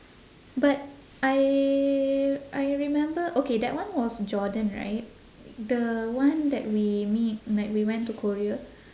but I I remember okay that one was jordan right the one that we me like we went to korea